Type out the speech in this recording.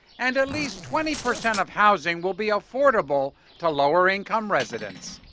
and at least twenty percent of housing will be affordable to lower income residents.